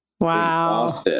Wow